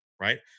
Right